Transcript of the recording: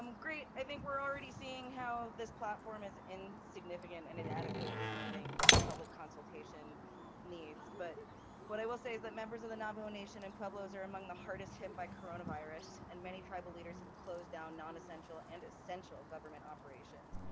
um great. i think we're already seeing how this platform is significant and inadequate in meeting public consultation needs. but what i will say is that members of the navajo nation and pueblos are among the hardest hit by coronavirus, and many tribal leaders have closed down nonessential and essential government operations.